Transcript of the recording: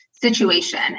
situation